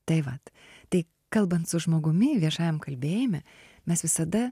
tai vat tai kalbant su žmogumi viešajam kalbėjime mes visada